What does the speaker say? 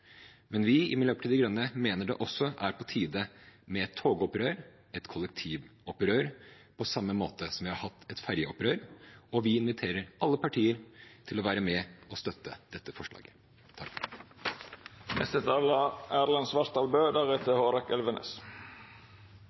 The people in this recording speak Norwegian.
Men vi i Miljøpartiet De Grønne mener det også er på tide med et togopprør, et kollektivopprør på samme måte som vi har hatt et ferjeopprør, og vi inviterer alle partier til å være med og støtte dette forslaget.